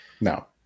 no